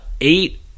Eight